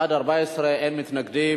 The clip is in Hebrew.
בעד, 14, אין מתנגדים.